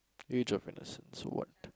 age of innocence what